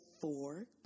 four